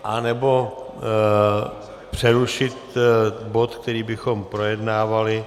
Anebo přerušit bod, který bychom projednávali.